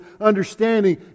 understanding